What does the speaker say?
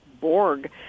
Borg